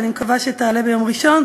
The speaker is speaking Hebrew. ואני מקווה שתעלה ביום ראשון.